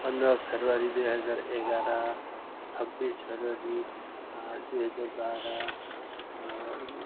पन्ध्र फेब्रुअरी दुई हजार एघार छब्बिस फेब्रुअरी दुई हजार बाह्र